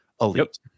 elite